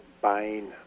buying